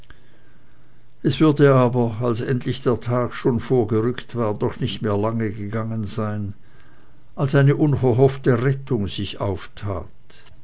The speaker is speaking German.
es würde aber als endlich der tag schon vorgerückt war doch nicht mehr lange gegangen sein als eine unverhoffte rettung sich auftat